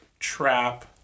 Trap